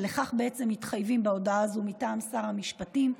ולכך בעצם מתחייבים בהודעה הזו מטעם שר המשפטים.